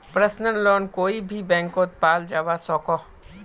personal loan कोए भी बैंकोत पाल जवा सकोह